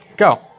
go